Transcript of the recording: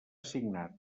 signat